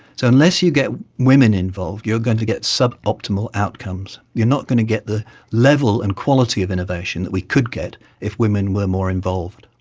so unless you get women involved, you're going to get suboptimal outcomes, you're not going to get the level and quality of innovation that we could get if women were more involved.